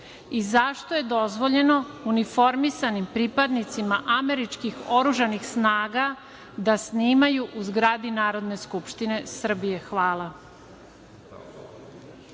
Zašto je dozvoljeno uniformisanim pripadnicima američkih oružanih snaga da snimaju u zgradi Narodne skupštine Srbije? Hvala.